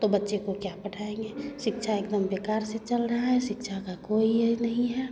तो बच्चे को क्या पढ़ाएँगे शिक्षा एकदम बेकार से चल रहा है शिक्षा का कोई ये नहीं है